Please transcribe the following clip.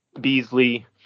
Beasley